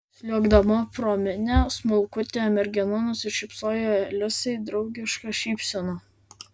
sliuogdama pro minią smulkutė mergina nusišypsojo liusei draugiška šypsena